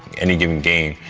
any given game